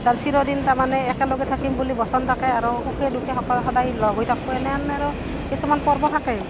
যাৰ চিৰদিন তাৰমানে একেলগে থাকিম বুলি বচন থাকে আৰু সুখে দুখে সকা সদায় লগ হৈ থাকিব এনেহেন আৰু কিছুমান পৰ্ব থাকে